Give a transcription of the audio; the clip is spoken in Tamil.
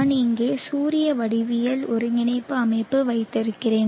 நான் இங்கே சூரிய வடிவியல் ஒருங்கிணைப்பு அமைப்பு வைத்திருக்கிறேன்